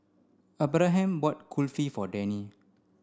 Abraham bought Kulfi for Dani